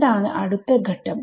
എന്താണ് അടുത്ത ഘട്ടം